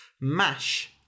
Mash